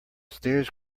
stairs